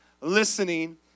listening